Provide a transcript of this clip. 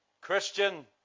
Christian